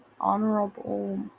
honorable